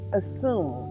assume